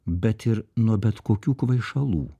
bet ir nuo bet kokių kvaišalų